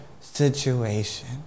situation